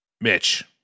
Mitch